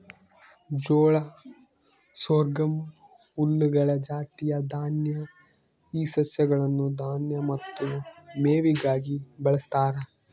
ಜೋಳ ಸೊರ್ಗಮ್ ಹುಲ್ಲುಗಳ ಜಾತಿಯ ದಾನ್ಯ ಈ ಸಸ್ಯಗಳನ್ನು ದಾನ್ಯ ಮತ್ತು ಮೇವಿಗಾಗಿ ಬಳಸ್ತಾರ